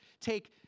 take